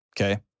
Okay